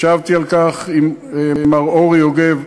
ישבתי על כך עם מר אורי יוגב,